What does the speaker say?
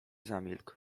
zamilkł